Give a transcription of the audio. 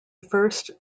first